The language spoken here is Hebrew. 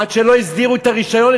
עד שלא הסדירו את הרישיון,